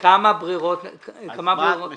מה בכל זאת את מציעה?